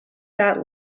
that